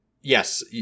yes